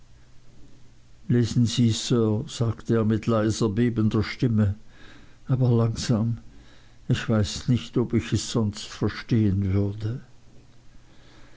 lesen sie sir sagte er mit leiser bebender stimme aber langsam ich weiß nicht ob ich es sonst verstehen würde